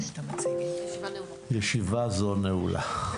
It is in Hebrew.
ישיבה זו נעולה.